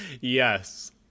Yes